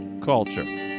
Culture